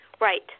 right